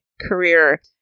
career